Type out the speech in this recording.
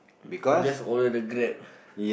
you just order the Grab